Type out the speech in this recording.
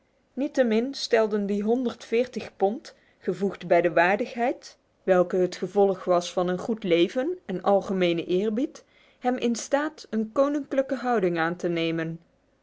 niettemin stelden die honderd veertig pond gevoegd bij de waardigheid welke het gevolg was van een goed leven en algemene eerbied hem in staat een koninklijke houding aan te nemen